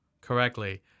correctly